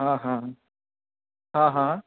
हँ हँ हँ हँ